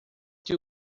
que